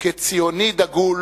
כציוני דגול